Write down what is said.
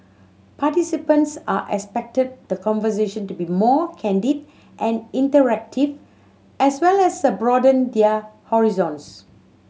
participants are expect the conversation to be more candid and interactive as well as broaden their horizons